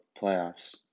playoffs